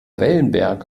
wellenberg